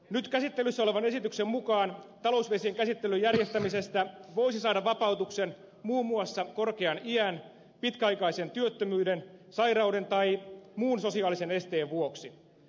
nyt käsittelyssä olevan esityksen mukaan talousvesien käsittelyn järjestämisestä voisi saada vapautuksen muun muassa korkean iän pitkäaikaisen työttömyyden sairauden tai muun sosiaalisen esteen vuoksi